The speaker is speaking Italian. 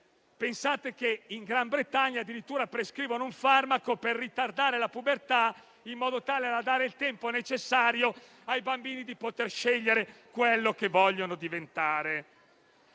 Pensate che in Gran Bretagna addirittura prescrivono un farmaco per ritardare la pubertà, in modo da dare il tempo necessario ai bambini di poter scegliere quello che vogliono diventare.